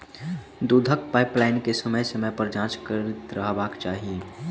दूधक पाइपलाइन के समय समय पर जाँच करैत रहबाक चाही